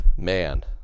Man